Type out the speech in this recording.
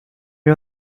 wir